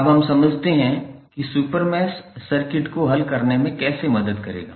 अब हम समझते हैं कि सुपर मैश सर्किट को हल करने में कैसे मदद करेगा